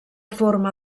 forma